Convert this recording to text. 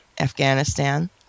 Afghanistan